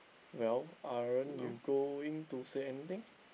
well aren't you going to say anything